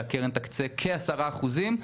שהקרן תקצה כעשרה אחוזים.